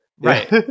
right